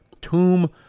tomb